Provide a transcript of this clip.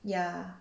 ya